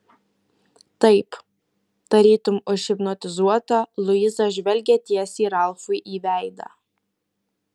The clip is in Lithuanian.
taip tarytum užhipnotizuota luiza žvelgė tiesiai ralfui į veidą